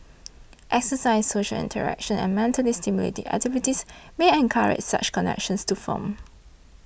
exercise social interaction and mentally stimulating activities may encourage such connections to form